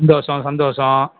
சந்தோஷம் சந்தோஷம்